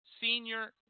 senior